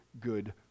good